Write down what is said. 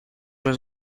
was